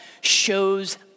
shows